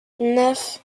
neuf